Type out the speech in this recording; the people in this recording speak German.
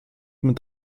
mit